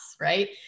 right